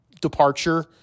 departure